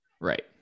Right